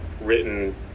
written